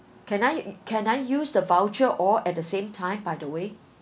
can I can I use the voucher all at the same time by the way